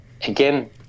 again